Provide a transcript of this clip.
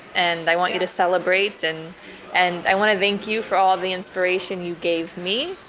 and i want you to celebrate. and and i want to thank you for all the inspiration you gave me.